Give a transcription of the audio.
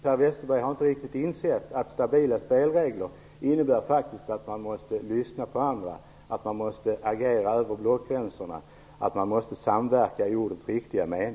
Per Westerberg har inte riktigt insett att stabila spelregler faktiskt innebär att man måste lyssna på andra, att man måste agera över blockgränserna och att man måste samverka i ordets riktiga mening.